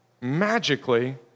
magically